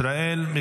ישראל,